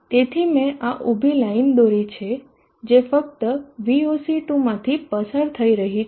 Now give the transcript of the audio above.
તેથી મે આ ઉભી લાઈન દોરી છે જે ફક્ત VOC2 માંથી પસાર થઈ રહી છે